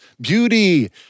beauty